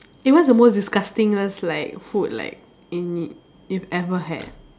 eh what's the most disgusting like food like in you've ever had